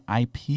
IP